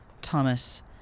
Thomas